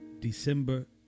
December